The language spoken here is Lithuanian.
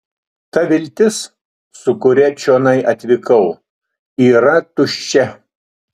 ta viltis su kuria čionai atvykau yra tuščia